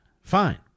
Fine